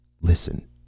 Listen